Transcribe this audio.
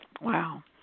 Wow